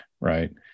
right